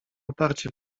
uparcie